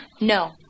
No